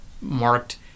marked